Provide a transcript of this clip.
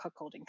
cuckolding